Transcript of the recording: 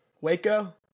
waco